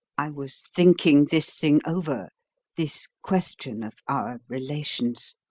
i was thinking this thing over this question of our relations.